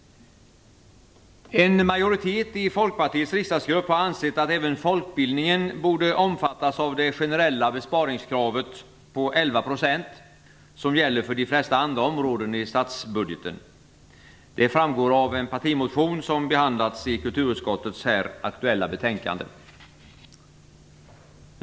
En majoritet i Folkpartiets riksdagsgrupp har ansett att även folkbildningen borde omfattas av det generella besparingskravet på 11 %, som gäller för de flesta andra områden i statsbudgeten. Det framgår av en partimotion, som behandlats i kulturutskottets här aktuella betänkande.